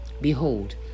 Behold